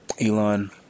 Elon